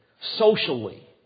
socially